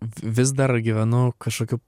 vis dar gyvenu kažkokiu